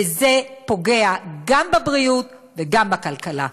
וזה פוגע גם בבריאות וגם בכלכלה.